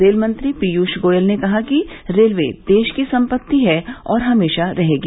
rail मंत्री पीयूष गोयल ने कहा कि रेलवे देश की सम्पत्ति है और हमेशा रहेगी